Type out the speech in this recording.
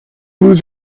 lose